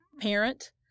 parent